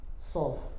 solve